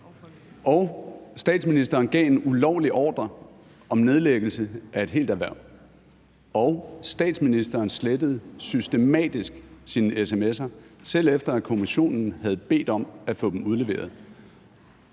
statsministeren gav en ulovlig ordre om nedlæggelse af et helt erhverv; og statsministeren slettede systematisk sine sms'er, selv efter at kommissionen havde bedt om at få dem udleveret.